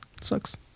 Sucks